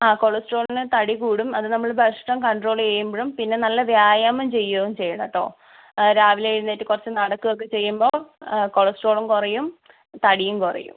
ആ കൊളസ്ട്രോളിന് തടി കൂടും അത് നമ്മൾ ഭക്ഷണം കണ്ട്രോൾ ചെയ്യുമ്പോഴും പിന്നെ നല്ല വ്യായാമം ചെയ്യുകയും ചെയ്യണം കേട്ടോ രാവിലെ എഴുന്നേറ്റ് കുറച്ച് നടക്കുക ഒക്കെ ചെയ്യുമ്പോൾ കൊളെസ്ട്രോളും കുറയും തടിയും കുറയും